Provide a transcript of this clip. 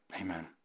amen